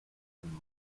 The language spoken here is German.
dem